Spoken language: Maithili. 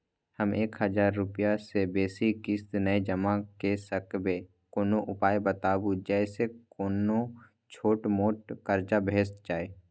हम एक हजार रूपया से बेसी किस्त नय जमा के सकबे कोनो उपाय बताबु जै से कोनो छोट मोट कर्जा भे जै?